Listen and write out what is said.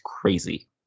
crazy